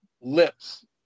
lips